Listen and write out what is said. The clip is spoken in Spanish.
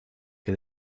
que